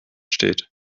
steht